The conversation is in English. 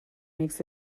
makes